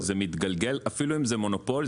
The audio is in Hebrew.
אפילו אם זה מונופול,